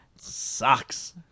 Sucks